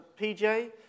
PJ